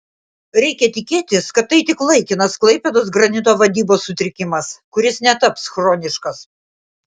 reikia tikėtis kad tai tik laikinas klaipėdos granito vadybos sutrikimas kuris netaps chroniškas